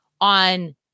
on